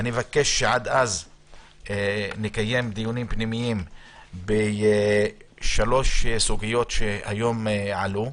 אני מבקש שעד אז נקיים דיונים פנימיים בשלוש סוגיות שעלו היום: